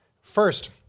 First